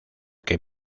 que